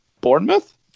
Bournemouth